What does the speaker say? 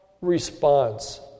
response